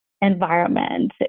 environment